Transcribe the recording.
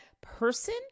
person